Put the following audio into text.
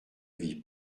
vit